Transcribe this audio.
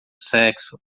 sexo